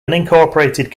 unincorporated